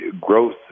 growth